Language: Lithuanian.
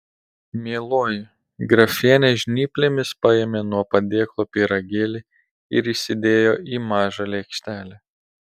mieloji grafienė žnyplėmis paėmė nuo padėklo pyragėlį ir įsidėjo į mažą lėkštelę